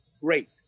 great